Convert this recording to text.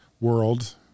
World